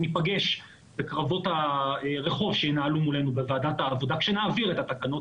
ניפגש בקרבות הרחוב שינהלו מולנו שם כשנעביר את התקנות,